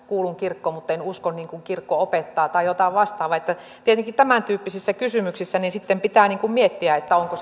kuulun kirkkoon mutten usko niin kuin kirkko opettaa tai jotain vastaavaa tietenkin tämäntyyppisissä kysymyksissä sitten pitää miettiä onko